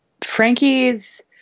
Frankie's. –